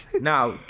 Now